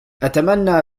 أتمنى